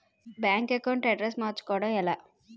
Bank account address మార్చుకోవడం ఎలా?